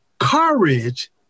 Courage